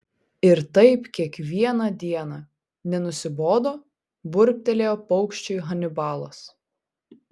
ir taip kiekvieną dieną nenusibodo burbtelėjo paukščiui hanibalas